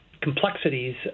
complexities